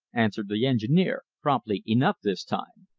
answered the engineer, promptly enough this time.